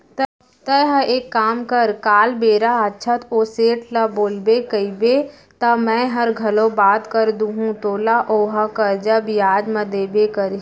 तैंहर एक काम कर काल बेरा आछत ओ सेठ ल बोलबे कइबे त मैंहर घलौ बात कर दूहूं तोला ओहा करजा बियाज म देबे करही